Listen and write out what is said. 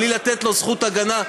בלי לתת לו זכות הגנה,